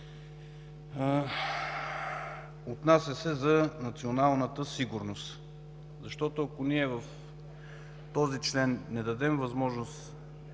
„отнася се за националната сигурност”, защото ако в този член не дадем възможност